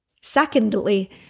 Secondly